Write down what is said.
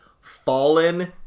Fallen